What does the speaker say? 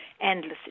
endless